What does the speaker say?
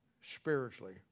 spiritually